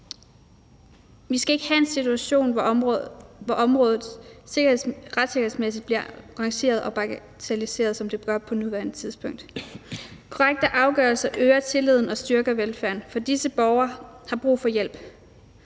Vi skal ikke have en situation, hvor området retssikkerhedsmæssigt bliver rangeret og bagatelliseret, som det gør på nuværende tidspunkt. Korrekte afgørelser øger tilliden og styrker velfærden, for disse borgere har brug for hjælp.